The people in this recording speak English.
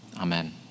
Amen